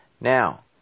Now